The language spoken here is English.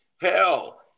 hell